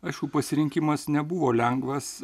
aišku pasirinkimas nebuvo lengvas